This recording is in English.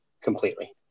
completely